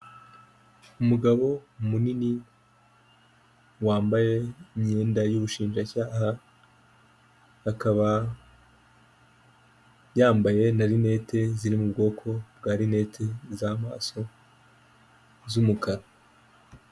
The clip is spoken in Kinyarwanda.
Umugabo munini wambaye imyenda y'ubushinjacyaha akaba yambaye na rinete ziri mu bwoko bwa rinete z'amaso z'umukara.